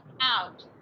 out